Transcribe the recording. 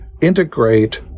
integrate